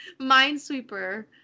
Minesweeper